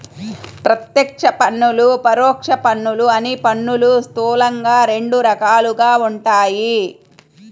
ప్రత్యక్ష పన్నులు, పరోక్ష పన్నులు అని పన్నులు స్థూలంగా రెండు రకాలుగా ఉంటాయి